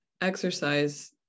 exercise